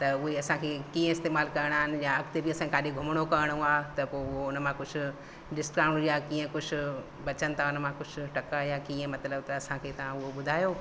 त उहो ई असां खे कीअं इस्तेमालु करिणा आहिनि या किॾे असांखे घुमणो करिणो आहे त पोइ उन मां कुझु डिस्काऊंट या कीअं कुझु बचनि त कुझु टका या कीअं मतिलबु पैसा त असांखे ॿुधायो